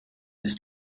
ist